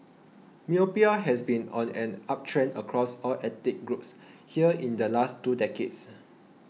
myopia has been on an uptrend across all ethnic groups here in the last two decades